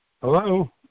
Hello